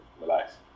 Relax